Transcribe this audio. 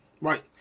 Right